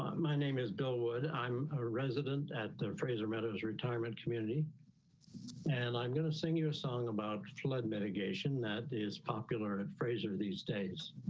um my name is bill would i'm a resident at the fraser meadows retirement community and i'm going to sing you a song about flood mitigation. that is popular at fraser these days.